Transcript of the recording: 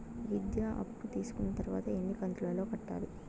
విద్య అప్పు తీసుకున్న తర్వాత ఎన్ని కంతుల లో కట్టాలి?